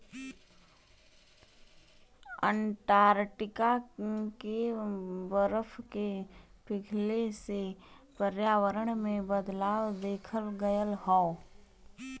Antarctica के बरफ के पिघले से पर्यावरण में बदलाव देखल गयल हौ